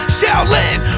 Shaolin